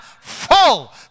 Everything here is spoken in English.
full